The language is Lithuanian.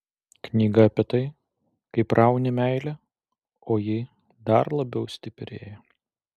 knyga apie tai kaip rauni meilę o ji dar labiau stiprėja